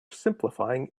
simplifying